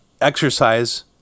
exercise